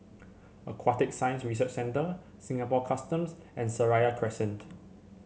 Aquatic Science Research Centre Singapore Customs and Seraya Crescent